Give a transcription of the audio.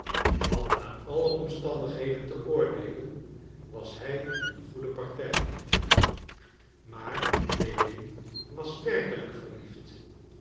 want naar alle omstandigheden te oordeelen was hij een goede partij maar lewin was werkelijk verliefd